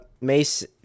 Mace